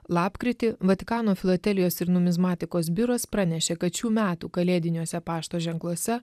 lapkritį vatikano filatelijos ir numizmatikos biuras pranešė kad šių metų kalėdiniuose pašto ženkluose